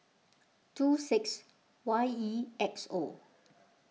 two six Y E X O